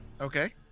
Okay